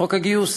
חוק הגיוס.